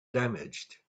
damaged